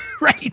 Right